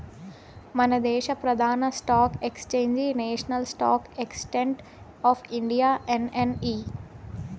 మనదేశ ప్రదాన stock exchange national stock exchange of India NSE